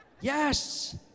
Yes